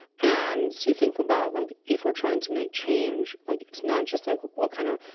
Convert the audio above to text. and so you think about, like, if we're trying to make change, like, it's not just like, what kind of.